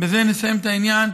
ובזה נסיים את העניין.